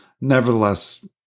nevertheless